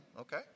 Okay